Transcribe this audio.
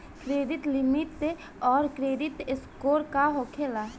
Credit limit आउर credit score का होखेला?